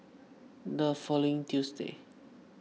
the following Tuesday